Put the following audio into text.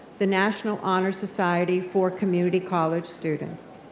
the national honor society for community college students.